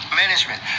management